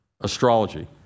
Astrology